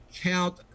count